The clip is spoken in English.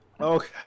Okay